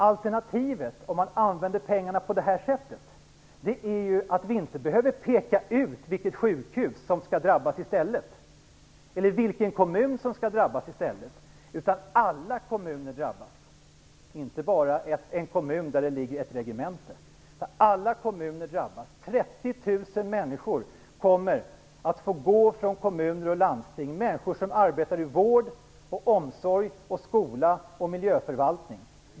Alternativet om man använder pengarna på det här sättet är att vi inte behöver peka ut vilket sjukhus som i stället drabbas, eller vilken kommun som i stället skall drabbas. Alla kommuner drabbas, och inte bara en kommun där det ligger ett regemente. Alla kommuner kommer att drabbas. 30 000 människor kommer att få gå från kommuner och landsting. Det är människor som arbetar i vård, omsorg, skola och miljöförvaltning.